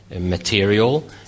material